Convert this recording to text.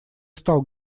стал